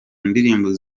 ndirimbo